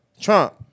Trump